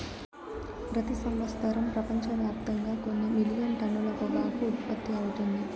ప్రతి సంవత్సరం ప్రపంచవ్యాప్తంగా కొన్ని మిలియన్ టన్నుల పొగాకు ఉత్పత్తి అవుతుంది